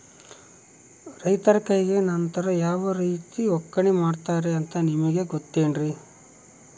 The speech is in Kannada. ರೈತರ ಕೈಗೆ ನಂತರ ಯಾವ ರೇತಿ ಒಕ್ಕಣೆ ಮಾಡ್ತಾರೆ ಅಂತ ನಿಮಗೆ ಗೊತ್ತೇನ್ರಿ?